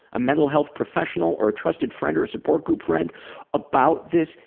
a mental health professional or trusted friend or a support group friend about this,